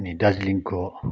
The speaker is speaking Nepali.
अनि दार्जिलिङको